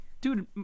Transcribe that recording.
dude